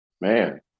man